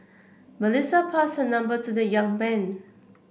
Melissa passed her number to the young man